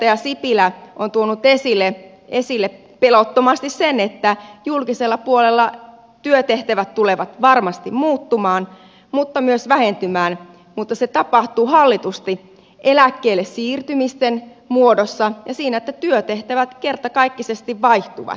puheenjohtaja sipilä on tuonut esille pelottomasti sen että julkisella puolella työtehtävät tulevat varmasti muuttumaan mutta myös vähentymään mutta se tapahtuu hallitusti eläkkeelle siirtymisten muodossa ja siinä että työtehtävät kertakaikkisesti vaihtuvat